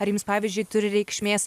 ar jums pavyzdžiui turi reikšmės